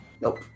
Nope